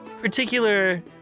particular